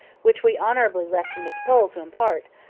which we honourably left to miss pole, to impart,